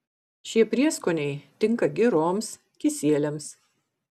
šie prieskoniai tinka giroms kisieliams